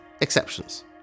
exceptions